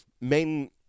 main